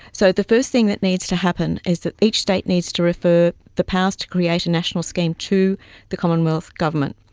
so the first thing that needs to happen is that each state needs to refer the powers to create a national scheme to the commonwealth government.